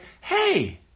hey